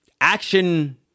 Action